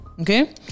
Okay